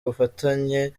ubufatanye